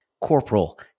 Corporal